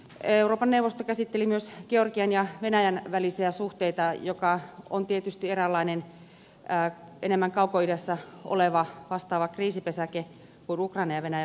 euroopan neuvosto käsitteli myös georgian ja venäjän välisiä suhteita jotka ovat tietysti eräänlainen enemmän kaukoidässä oleva vastaava kriisipesäke kuin ukrainan ja venäjän välillä tällä hetkellä